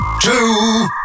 two